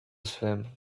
swim